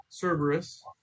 Cerberus